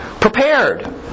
prepared